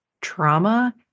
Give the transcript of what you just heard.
trauma